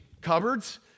cupboards